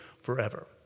forever